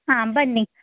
ಹಾಂ ಬನ್ನಿ